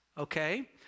Okay